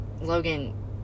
Logan